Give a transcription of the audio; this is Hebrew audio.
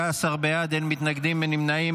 16 בעד, אין מתנגדים, אין נמנעים.